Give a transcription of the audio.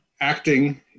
acting